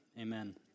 amen